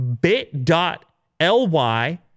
bit.ly